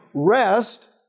Rest